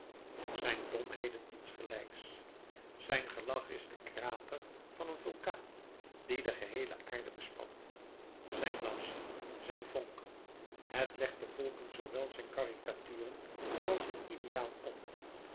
zijn domheden insgelijks zijn gelach is de krater van een vulkaan die de geheele aarde bespat zijn lazzi zijn vonken het legt den volken zoowel zijn caricaturen als zijn ideaal op